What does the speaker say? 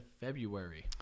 February